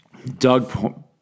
Doug